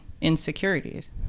insecurities